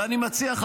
ואני מציע,